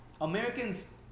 Americans